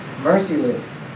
Merciless